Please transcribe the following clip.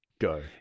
go